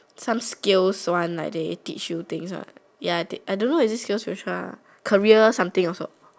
some skills one like they teach you things one ya I don't know is it skillsfuture ah career something also